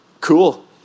cool